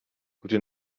gute